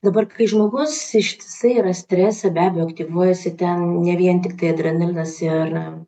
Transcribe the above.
dabar kai žmogus ištisai yra strese be abejo aktyvuojasi ten ne vien tiktai adrenalinas ir